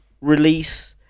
release